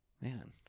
man